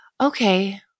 okay